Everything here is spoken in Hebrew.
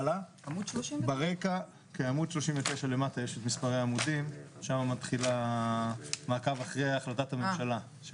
עמוד 39 למטה, שם מתחיל מעקב אחרי החלטת הממשלה.